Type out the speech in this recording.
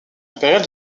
impériale